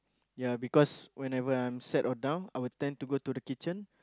ya because whenever I'm sad or down I will tend to go to the kitchen